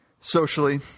socially